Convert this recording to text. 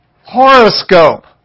horoscope